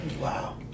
Wow